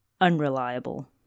unreliable